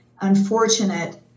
unfortunate